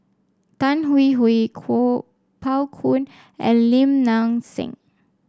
Tan Hwee Hwee Kuo Pao Kun and Lim Nang Seng